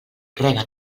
rega